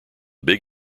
big